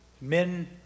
Men